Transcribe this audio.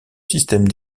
système